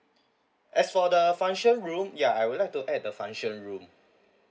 as for the function room ya I would like to add the function room